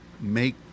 make